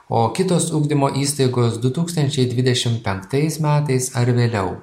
o kitos ugdymo įstaigos du tūkstančiai dvidešim penktais metais ar vėliau